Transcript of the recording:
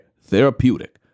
therapeutic